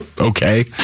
Okay